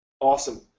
Awesome